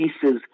pieces